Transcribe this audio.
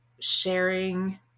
sharing